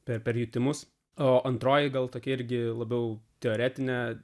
per per jutimus o antroji gal tokia irgi labiau teoretine